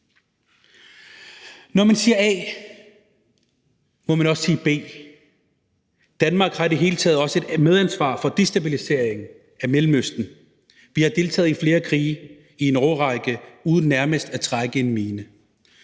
Når man siger A, må man også sige B. Danmark har i det hele taget også et medansvar for destabiliseringen af Mellemøsten. Vi har deltaget i flere krige i en årrække uden nærmest at fortrække en mine